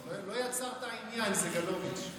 לא יצרת עניין, סגלוביץ'.